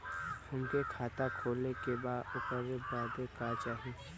हमके खाता खोले के बा ओकरे बादे का चाही?